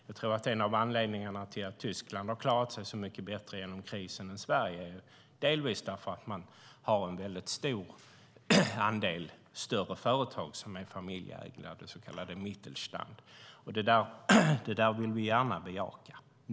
Vi tror att en av anledningarna till att Tyskland har klarat sig mycket bättre genom krisen än Sverige är att man har en väldigt stor andel större företag som är familjeägda, det så kallade Mittelstand. Det vill vi gärna bejaka.